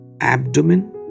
Abdomen